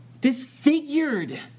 disfigured